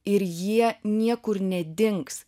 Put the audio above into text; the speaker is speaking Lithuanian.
ir jie niekur nedings